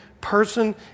person